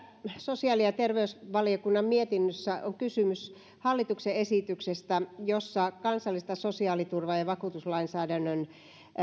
sosiaali ja terveysvaliokunnan mietinnössä on kysymys hallituksen esityksestä jossa kansallista sosiaaliturvaa ja vakuutuslainsäädäntöä